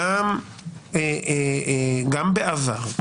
גם בעבר,